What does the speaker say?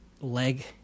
leg